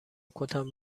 کتم